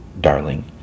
darling